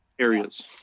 areas